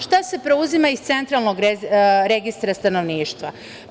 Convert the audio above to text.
Šta se preuzima iz Centralnog registra stanovništva?